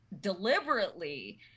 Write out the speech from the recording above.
deliberately